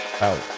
Out